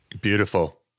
Beautiful